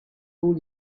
all